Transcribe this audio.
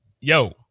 yo